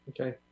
Okay